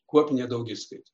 kuopinė daugiskaita